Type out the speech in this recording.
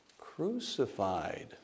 crucified